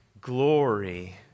Glory